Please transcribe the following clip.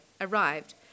arrived